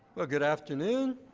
well good afternoon,